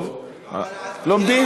טוב, לומדים.